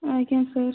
ଆଜ୍ଞା ସାର୍